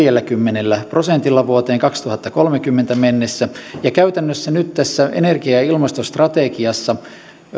omia päästöjään neljälläkymmenellä prosentilla vuoteen kaksituhattakolmekymmentä mennessä ja käytännössä nyt tässä energia ja ilmastostrategiassa